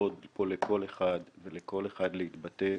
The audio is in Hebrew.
לכל אחד להתבטא.